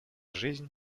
жизнь